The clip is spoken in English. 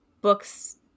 books